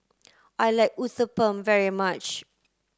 I like Uthapam very much